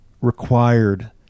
required